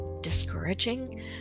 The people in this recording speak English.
discouraging